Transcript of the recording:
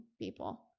people